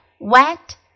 wet